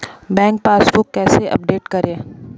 Bank passbook कैसे update करें?